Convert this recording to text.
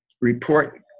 report